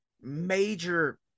major